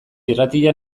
irratia